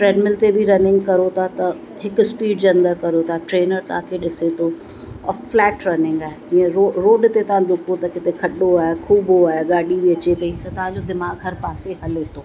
treadmill ते बि running करो था त हिकु स्पीड जे अंदरि करो था ट्रेनर तव्हांखे ॾिसे थो और फ्लैट रनिंग आहे हीअं रो रोड ते तव्हां डुको था त किथे खॾो आहे खुॿो आहे गाॾी बि अचे पई त तव्हांजो दिमाग़ु हर पासे हले थो